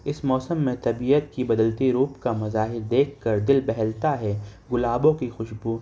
اس موسم میں طبیعت کی بدلتی رخ کا مظاہر دیکھ کر دل بہلتا ہے گلابوں کی خوشبو